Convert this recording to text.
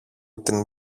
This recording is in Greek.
την